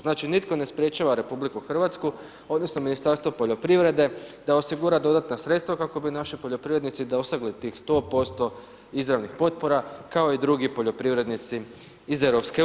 Znači nitko ne sprječava RH odnosno Ministarstvo poljoprivrede da osigura dodatna sredstva kako bi naši poljoprivrednici dosegli tih 100% izravnih potpora kao i drugi poljoprivrednici iz EU.